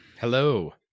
hello